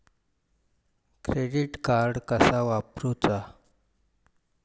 Credit card कसा वापरूचा?